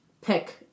pick